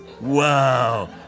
Wow